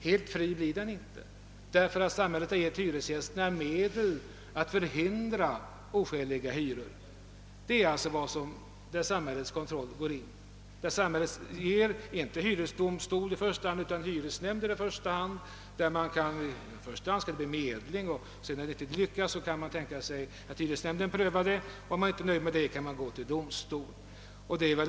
Helt fri blir den inte, därför att samhället har gett hyresgästerna medel att förhindra oskäliga hyror. Därvidlag kommer samhällets kontroll in. Samhället hänvisar inte i första hand till hyresdomstol utan till hyresnämnder. Först skall medling ske och om detta inte lyckas kan hyresnämnden pröva ärendet. Om hyresgästen inte är nöjd med denna prövning kan han gå till hyresdomstolen.